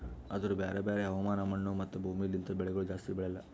ಆದೂರು ಬ್ಯಾರೆ ಬ್ಯಾರೆ ಹವಾಮಾನ, ಮಣ್ಣು, ಮತ್ತ ಭೂಮಿ ಲಿಂತ್ ಬೆಳಿಗೊಳ್ ಜಾಸ್ತಿ ಬೆಳೆಲ್ಲಾ